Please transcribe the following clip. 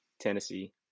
Tennessee